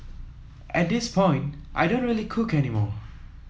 at this point I don't really cook any more